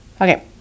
Okay